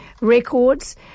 records